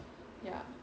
ya